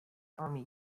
army